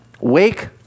wake